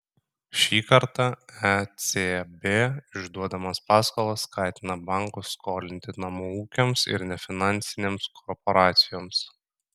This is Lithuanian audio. šį kartą ecb išduodamas paskolas skatina bankus skolinti namų ūkiams ir nefinansinėms korporacijoms